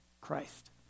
Christ